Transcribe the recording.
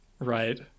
Right